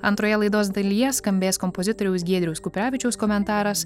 antroje laidos dalyje skambės kompozitoriaus giedriaus kuprevičiaus komentaras